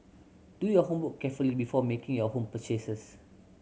do your homework carefully before making your home purchases